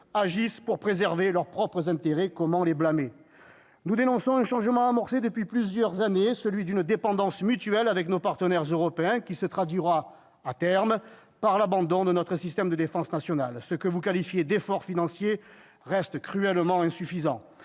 agissent pour préserver leurs propres intérêts. Comment les en blâmer ? Nous dénonçons un changement amorcé depuis déjà plusieurs années, celui d'une dépendance mutuelle avec nos partenaires européens, qui se traduira à terme par l'abandon de notre système de défense nationale. Ce que vous qualifiez d'« efforts financiers » reste cruellement insuffisant.